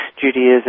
Judaism